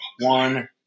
one